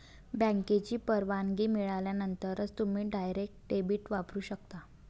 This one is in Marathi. बँकेची परवानगी मिळाल्यानंतरच तुम्ही डायरेक्ट डेबिट वापरू शकता